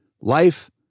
Life